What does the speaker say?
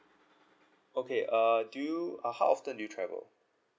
okay uh do you uh how often do you travel